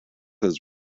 his